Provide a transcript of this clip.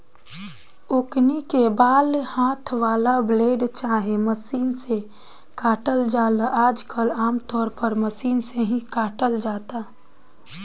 ओकनी के बाल हाथ वाला ब्लेड चाहे मशीन से काटल जाला आजकल आमतौर पर मशीन से ही काटल जाता